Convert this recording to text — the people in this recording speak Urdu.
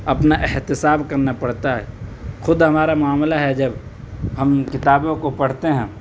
اپنا احتساب کرنا پڑتا ہے خود ہمارا معاملہ ہے جب ہم کتابوں کو پڑھتے ہیں